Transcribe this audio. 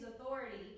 authority